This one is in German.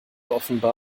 offenbar